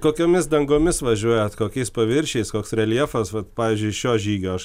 kokiomis dangomis važiuojat kokiais paviršiais koks reljefas vat pavyzdžiui šio žygio aš